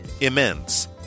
Immense